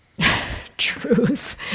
truth